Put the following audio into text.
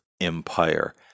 empire